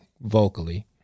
vocally